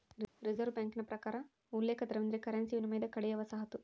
reserve ಬ್ಯಾಂಕಿನ ಪ್ರಕಾರ ಉಲ್ಲೇಖ ದರವೆಂದರೆ ಕರೆನ್ಸಿ ವಿನಿಮಯದ ಕಡೆಯ ವಸಾಹತು